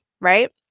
right